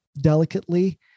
delicately